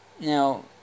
Now